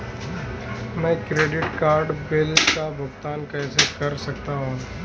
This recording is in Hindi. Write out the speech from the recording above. मैं क्रेडिट कार्ड बिल का भुगतान कैसे कर सकता हूं?